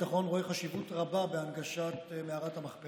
ההצעה לכלול את הנושא בסדר-היום של הכנסת נתקבלה.